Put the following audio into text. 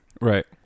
right